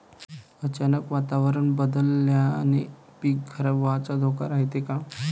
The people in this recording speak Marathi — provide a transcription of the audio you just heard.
अचानक वातावरण बदलल्यानं पीक खराब व्हाचा धोका रायते का?